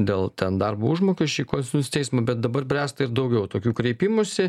dėl ten darbo užmokesčio į konstitucinį teismą bet dabar bręsta ir daugiau tokių kreipimųsi